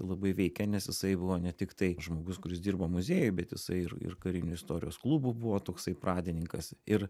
labai veikė nes jisai buvo ne tiktai žmogus kuris dirbo muziejuj bet jisai ir ir karinių istorijos klubų buvo toksai pradininkas ir